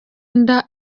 inda